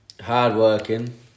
Hard-working